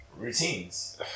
Routines